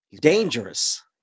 dangerous